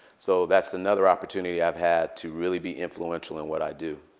so that's another opportunity i've had to really be influential in what i do.